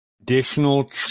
additional